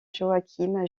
joaquim